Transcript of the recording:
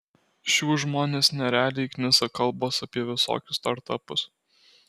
šiuos žmones nerealiai knisa kalbos apie visokius startapus